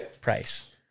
price